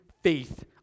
faith